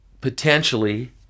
potentially